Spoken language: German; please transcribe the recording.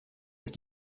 ist